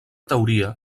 teoria